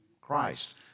Christ